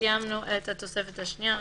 סיימנו את התוספת השנייה.